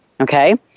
Okay